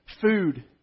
food